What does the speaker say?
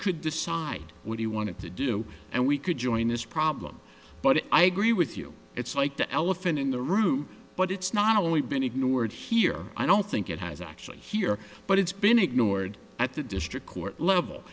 could decide what he wanted to do and we could join this problem but i agree with you it's like the elephant in the room but it's not only been ignored here i don't think it has actually here but it's been ignored at the district court level